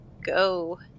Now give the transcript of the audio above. go